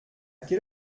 quelle